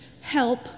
help